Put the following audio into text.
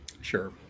Sure